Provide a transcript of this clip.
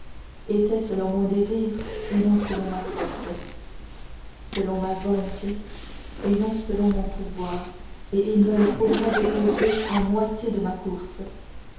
selon mon désir et non selon ma force selon ma volonté et non selon mon pouvoir et il me le faudra déposer à peine à moitié de ma course